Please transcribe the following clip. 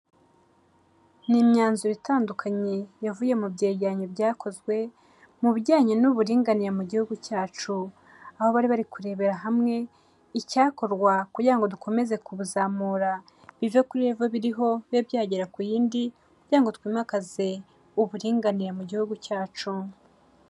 Ni imyanzuro itandukanye yavuye mu byegeranyo byakozwe mu bijyanye n'uburinganire mu gihugu cyacu, aho bari bari kurebera hamwe icyakorwa kugira ngo dukomeze kubuzamura bive kuri revo biriho, bibe byagera ku yindi kugirango ngo twimakaze uburinganire mu gihugu cyacu.